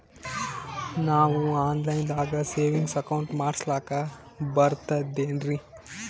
ನಾವು online ದಾಗ savings account ಮಾಡಸ್ಲಾಕ ಬರ್ತದೇನ್ರಿ?